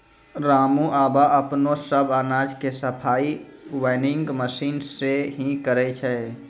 रामू आबॅ अपनो सब अनाज के सफाई विनोइंग मशीन सॅ हीं करै छै